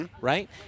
Right